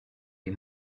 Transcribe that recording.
les